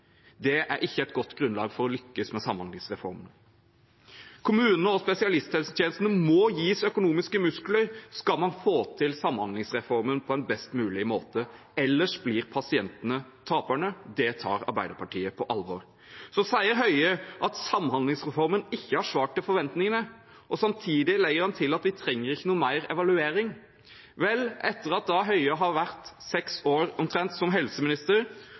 Det er ikke et godt grunnlag for å lykkes med samhandlingsreformen. Kommunene og spesialisthelsetjenestene må gis økonomiske muskler skal man få til samhandlingsreformen på en best mulig måte, ellers blir pasientene taperne. Det tar Arbeiderpartiet på alvor. Statsråd Høie sier at samhandlingsreformen ikke har svart til forventningene, og samtidig legger han til at vi ikke trenger mer evaluering. Vel, etter at Bent Høie har vært helseminister i omtrent seks år,